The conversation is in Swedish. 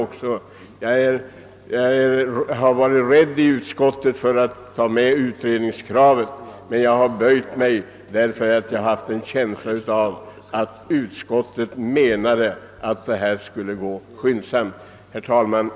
Jag har i utskottet varit rädd för att ta med utredningskravet, men jag har böjt mig för majoriteten därför att jag har haft en känsla av att utskottet menade att utredningen skulle gå skyndsamt. Herr talman!